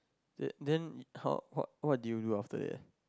then then how how what did you look after that